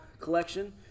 collection